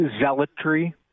zealotry